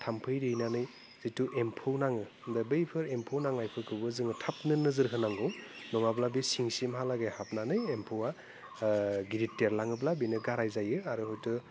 थाम्फै दैनानै जिथु एम्फौ नाङो दा बैफोर एम्फौ नांनायफोरखौबो जोङो थाबनो नोजोर होनांगौ नङाब्ला बे सिंसिमहालागै हाबनानै एम्फौआ गिदिर देरलाङोब्ला बेनो गाराइ जायो आरो हयथ